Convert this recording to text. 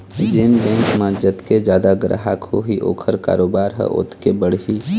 जेन बेंक म जतके जादा गराहक होही ओखर कारोबार ह ओतके बढ़ही